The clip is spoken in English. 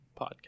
podcast